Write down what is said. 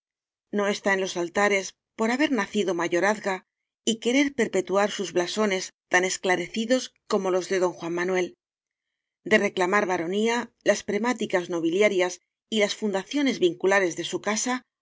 no está en los altares por haber nacido mayorazga y querer perpe tuar sus blasones tan esclarecidos como los de don juan manuel de reclamar varonía las premáticas nobiliarias y las fundaciones vinculares de su casa